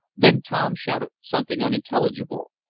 then tom shouted something unintelligible.